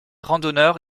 randonneurs